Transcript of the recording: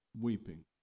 weeping